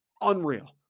unreal